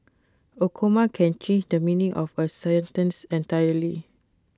A comma can change the meaning of A sentence entirely